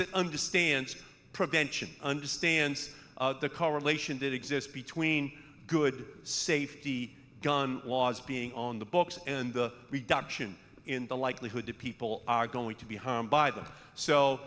that understands prevention understands the correlation that exists between good safety gun laws being on the books in the reduction in the likelihood that people are going to be harmed by them so